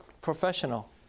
professional